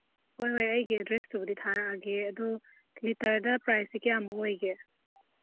ꯍꯣꯏ ꯍꯣꯏ ꯑꯩꯒꯤ ꯑꯦꯗ꯭ꯔꯦꯁꯇꯨꯕꯨꯗꯤ ꯊꯥꯔꯛꯑꯒꯦ ꯑꯗꯨ ꯂꯤꯇꯔꯗ ꯄ꯭ꯔꯥꯏꯁꯇꯤ ꯀꯌꯥꯃꯨꯛ ꯑꯣꯏꯒꯦ